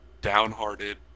downhearted